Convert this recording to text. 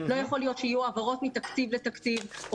לא יכול להיות שיהיו העברות מתקציב לתקציב או